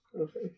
Okay